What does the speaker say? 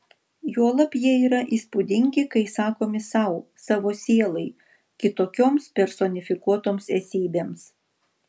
juolab jie yra įspūdingi kai sakomi sau savo sielai kitokioms personifikuotoms esybėms